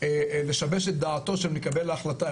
לשבש את דעתו של מקבל ההחלטה,